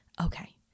Okay